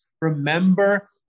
Remember